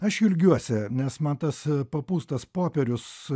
aš jų ilgiuosi nes man tas papūstas popierius